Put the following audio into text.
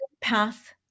path